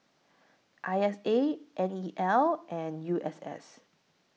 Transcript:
I S A N E L and U S S